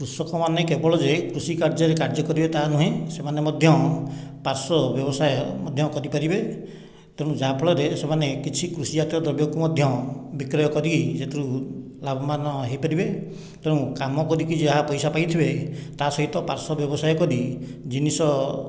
କୃଷକମାନେ କେବଳ ଯେ କୃଷି କାର୍ଯ୍ୟରେ କାର୍ଯ୍ୟ କରିବେ ତାହା ନୁହେଁ ସେମାନେ ମଧ୍ୟ ପାର୍ଶ୍ୱ ବ୍ୟବସାୟ ମଧ୍ୟ କରିପାରିବେ ତେଣୁ ଯାହା ଫଳରେ ସେମାନେ କିଛି କୃଷି ଜାତୀୟ ଦ୍ରବ୍ୟକୁ ମଧ୍ୟ ବିକ୍ରୟ କରି ସେଥିରୁ ଲାଭବାନ ହୋଇପାରିବେ ତେଣୁ କାମ କରିକି ଯାହା ପଇସା ପାଇଥିବେ ତା ସହିତ ପାର୍ଶ୍ଵ ବ୍ୟବସାୟ କରି ଜିନିଷ